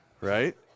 right